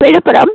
Villupuram